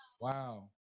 wow